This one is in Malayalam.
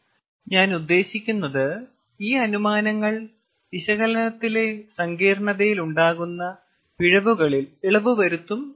ഞാൻ ഉദ്ദേശിക്കുന്നത് ഈ അനുമാനങ്ങൾ വിശകലനത്തിലെ സങ്കീർണ്ണതയിൽ ഉണ്ടാകുന്ന പിഴവുകളിൽ ഇളവ് വരുത്തും എന്നാണ്